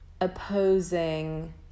opposing